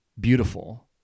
beautiful